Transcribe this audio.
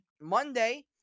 Monday